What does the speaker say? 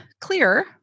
clear